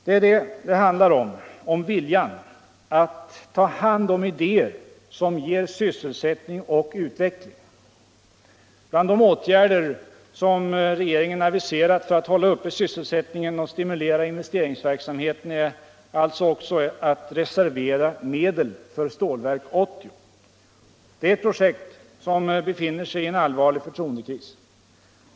Det är det det handlar om —- om viljan att ta hand om idéer som ger sysselsättning och utveckling. Bland de åtgärder som regeringen aviserat för att hålla uppe sysselsättningen och stimulera investeringsverksamheten finns alltså också att reservera medel för Stålverk 80. Det är ett projekt som är föremål för en allvarlig förtroendekris.